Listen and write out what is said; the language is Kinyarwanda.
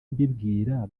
mbibwira